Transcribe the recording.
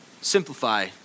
simplify